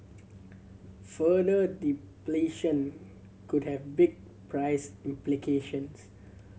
further depletion could have big price implications